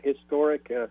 Historic